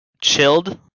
chilled